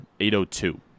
802